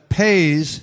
pays